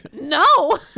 No